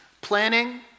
planning